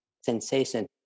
sensation